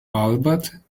albert